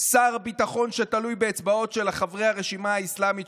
שר ביטחון שתלוי באצבעות של חברי הרשימה האסלאמית,